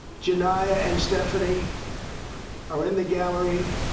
janiyah and stephanie are in the gallery.